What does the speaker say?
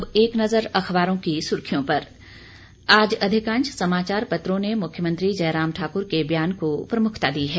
अब एक नजर अखबारों की सुर्खियों पर आज अधिकांश समाचार पत्रों ने मुख्यमंत्री जयराम ठाकुर के बयान को प्रमुखता दी है